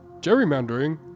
Gerrymandering